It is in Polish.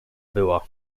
była